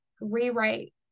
rewrite